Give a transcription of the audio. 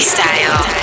Style